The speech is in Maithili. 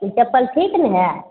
ई चप्पल ठीक ने हइ